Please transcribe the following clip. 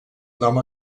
nom